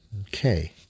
Okay